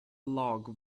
log